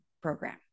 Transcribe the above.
program